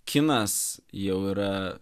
kinas jau yra